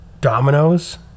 Dominoes